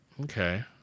Okay